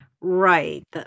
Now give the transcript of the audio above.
Right